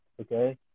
okay